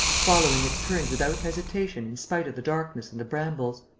following its turns without hesitation in spite of the darkness and the brambles.